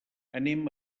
anem